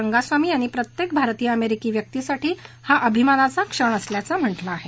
रंगास्वामी यांनी प्रत्येक भारतीय अमेरिकी व्यक्तीसाठी हा अभिमानाचा क्षण आहे असं म्हटलं आहे